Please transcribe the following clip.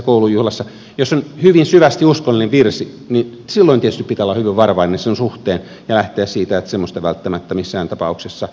jos on hyvin syvästi uskonnollinen virsi niin silloin tietysti pitää olla hyvin varovainen sen suhteen ja lähteä siitä että semmoista välttämättä missään tapauksessa ei saa esittää